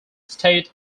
state